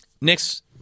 Next